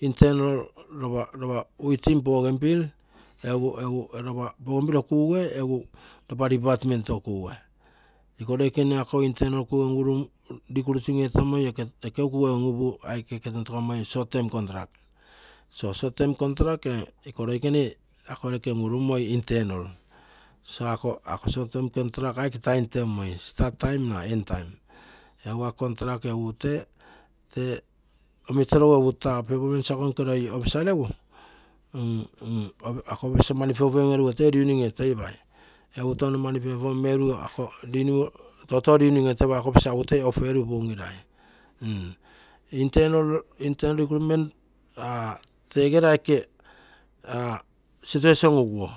Internal iopa within bougainville iopa bougainville oo kuuge iopa department oo kuuge, iko ioikene akou nternal kuge recruit etamoi okeu kuuge un-uru short term contruct. so short term contruct iko ioikene akou internal kuge unuru moi ako short term contruct aike time teumoi, "start time na end time" egu contract egu tee omitorogu egu tee performance ako nke roi officer regu ako officer mani pegu toi renewing etoi pai egu touno mani perfome erugu toutou renewing etoipai toi off erui puungirai internal recruitment teegere aike season uguo